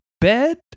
bed